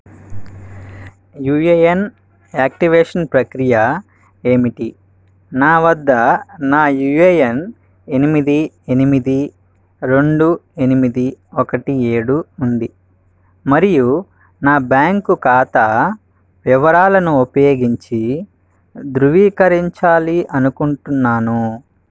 UAN activation ప్రక్రియ ఏమిటి నా వద్ద నా యూఏఎన్ ఎనిమిది ఎనిమిది రెండు ఎనిమిది ఒకటి ఏడు ఉంది మరియు నా బ్యాంకు ఖాతా వివరాలను ఉపయోగించి ధృవీకరించాలి అనుకుంటున్నాను